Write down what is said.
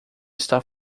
está